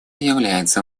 является